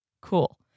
Cool